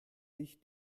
sich